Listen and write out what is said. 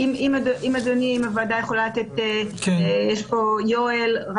אם הוועדה יכולה לתת, נמצא פה יואל.